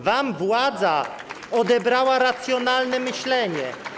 Wam władza odebrała racjonalne myślenie.